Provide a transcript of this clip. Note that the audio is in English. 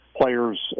players